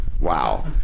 Wow